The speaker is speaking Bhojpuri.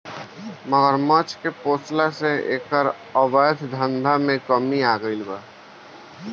मगरमच्छ के पोसला से एकर अवैध धंधा में कमी आगईल बा